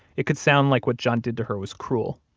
it could sound like what john did to her was cruel,